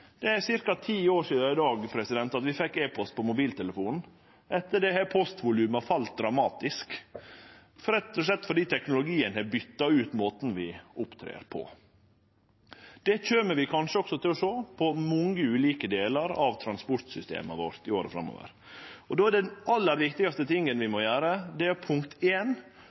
i dag ca. ti år sidan vi fekk e-post på mobiltelefonen. Etter det har postvoluma falle dramatisk, rett og slett fordi teknologien har bytta ut måten vi opptrer på. Det kjem vi kanskje også til å sjå i mange ulike delar av transportsystemet vårt i åra framover. Det aller viktigaste vi då må gjere, er